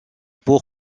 pour